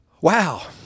Wow